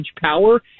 power